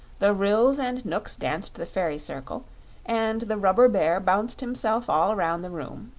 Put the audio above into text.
the ryls and knooks danced the fairy circle and the rubber bear bounced himself all around the room.